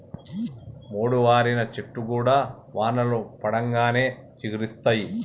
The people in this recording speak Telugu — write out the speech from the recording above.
మోడువారిన చెట్లు కూడా వానలు పడంగానే చిగురిస్తయి